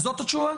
זו התשובה?